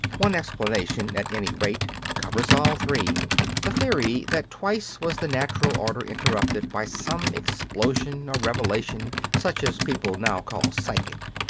one explanation, at any rate, covers all three the theory that twice was the natural order interrupted by some explosion or revelation such as people now call psychic.